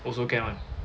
also can [one]